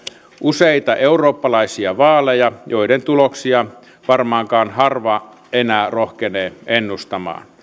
useita eurooppalaisia vaaleja joiden tuloksia varmaankaan harva enää rohkenee ennustaa